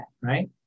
right